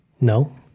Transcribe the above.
no